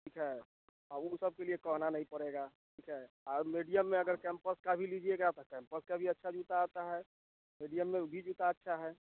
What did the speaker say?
ठीक है और ऊ सब के लिए कहना नहीं पड़ेगा ठीक है और मीडियम में अगर कैंपस का भी लीजिएगा ता कैंपस का भी अच्छा जूता आता है मीडियम में वह भी जूता अच्छा है